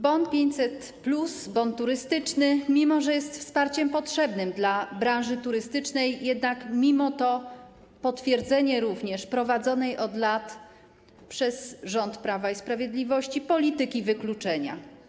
Bon 500+, bon turystyczny, mimo że jest wsparciem potrzebnym dla branży turystycznej, jest również potwierdzeniem prowadzonej od lat przez rząd Prawa i Sprawiedliwości polityki wykluczenia.